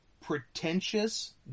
pretentious